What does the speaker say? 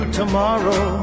tomorrow